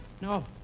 No